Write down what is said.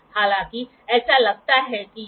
यह ऊँचाई h का एक स्लिप गेज है ऊँचाई h दाईं ओर